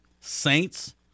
Saints